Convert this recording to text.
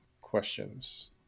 questions